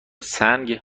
سنگ